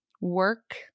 work